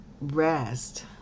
rest